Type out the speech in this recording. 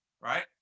right